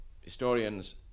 historians